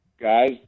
guys